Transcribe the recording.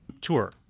tour